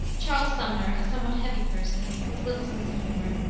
charles sumner, a somewhat heavy person, with little sense of humor,